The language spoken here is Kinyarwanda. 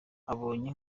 abonye